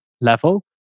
level